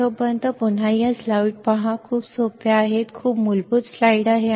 तोपर्यंत तुम्ही पुन्हा या स्लाइड्स पहा खूप सोप्या आहेत खूप अगदी मूलभूत स्लाइड आहेत